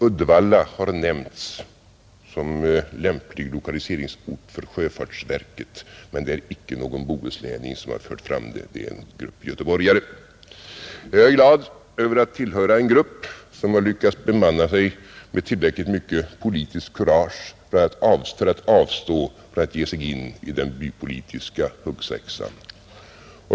Uddevalla har nämnts som lämplig lokaliseringsort för sjöfartsverket, men det är icke någon bohuslänning som har fört fram det utan en grupp göteborgare, Jag är glad över att tillhöra en grupp som har lyckats bemanna sig med tillräckligt mycket politiskt kurage för att avstå från att ge sig in i den bypolitiska huggsexan.